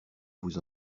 vous